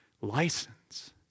license